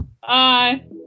bye